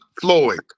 Floyd